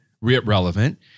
relevant